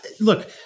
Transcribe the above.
look